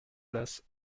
place